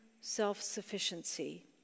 self-sufficiency